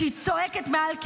כשהיא צועקת מעל קברו: